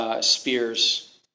Spears